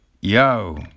yo